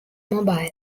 mobile